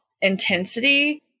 intensity